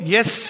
Yes